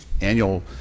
annual